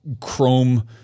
chrome